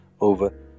over